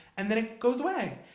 and then it goes away.